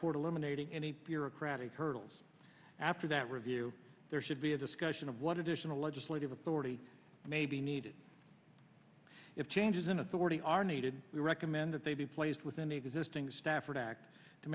toward eliminating any bureaucratic hurdles after that review there should be a discussion of what additional legislative authority may be needed if changes in authority are needed we recommend that they be placed within the existing stafford act to